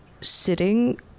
sitting